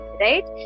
right